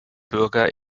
bürger